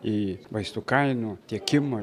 į vaistų kainų tiekimo